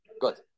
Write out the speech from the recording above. Good